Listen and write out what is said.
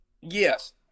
yes